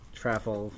travel